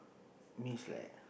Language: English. means like